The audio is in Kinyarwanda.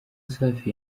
safi